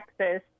Texas